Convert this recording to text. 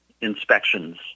inspections